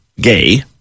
gay